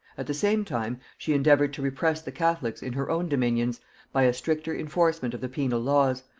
at the same time she endeavoured to repress the catholics in her own dominions by a stricter enforcement of the penal laws,